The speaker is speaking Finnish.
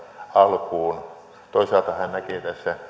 alkuun toisaalta hän näkee